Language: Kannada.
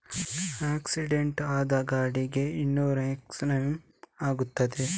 ಆಕ್ಸಿಡೆಂಟ್ ಆದ ಗಾಡಿಗೆ ಎಷ್ಟು ಇನ್ಸೂರೆನ್ಸ್ ಕ್ಲೇಮ್ ಆಗ್ತದೆ?